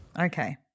Okay